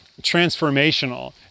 transformational